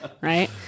right